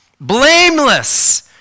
Blameless